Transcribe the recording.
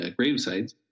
gravesites